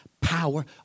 power